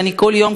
ואני כל יום,